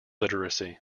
literacy